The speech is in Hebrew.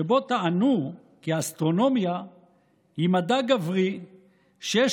שבו טענו כי האסטרונומיה היא מדע גברי שיש